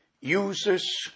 uses